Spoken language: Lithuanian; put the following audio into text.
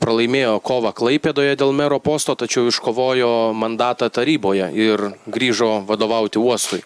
pralaimėjo kovą klaipėdoje dėl mero posto tačiau iškovojo mandatą taryboje ir grįžo vadovauti uostui